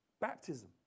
baptism